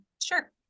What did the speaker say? Sure